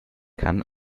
kann